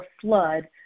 flood